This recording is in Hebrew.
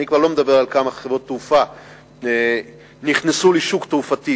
אני כבר לא מדבר על כמה חברות תעופה נכנסו לשוק התעופתי